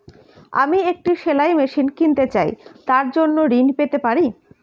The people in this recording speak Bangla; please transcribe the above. আমি একটি সেলাই মেশিন কিনতে চাই তার জন্য ঋণ পেতে পারি?